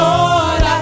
Lord